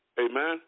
Amen